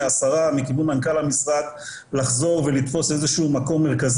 לסייע ולתמוך ולהחזיר את הרשות למקום המרכזי